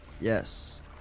Yes